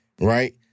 right